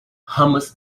hummus